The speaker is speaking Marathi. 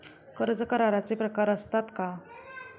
कर्ज कराराचे प्रकार असतात का?